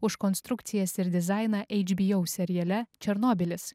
už konstrukcijas ir dizainą hbo seriale černobylis